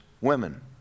women